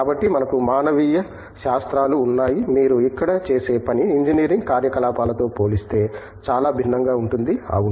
కాబట్టి మనకు మానవీయ శాస్త్రాలు ఉన్నాయి మీరు ఇక్కడ చేసే పని ఇంజనీరింగ్ కార్యకలాపాలతో పోలిస్తే చాలా భిన్నంగా ఉంటుంది అవును